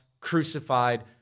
crucified